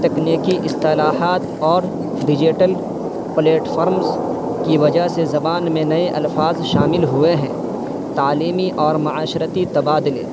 تکنیکی اصطلاحات اور ڈیجیٹل پلیٹفرمز کی وجہ سے زبان میں نئے الفاظ شامل ہوئے ہیں تعلیمی اور معاشرتی تبادلے